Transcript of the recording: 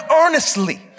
earnestly